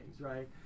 right